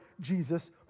jesus